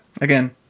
again